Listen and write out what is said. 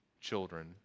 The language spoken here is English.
children